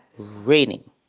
Raining